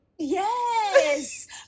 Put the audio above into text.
Yes